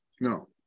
No